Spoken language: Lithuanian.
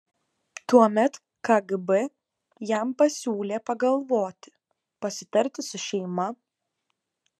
tuomet kgb jam pasiūlė pagalvoti pasitarti su šeima